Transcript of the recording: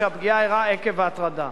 שהפגיעה אירעה עקב ההטרדה.